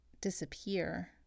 disappear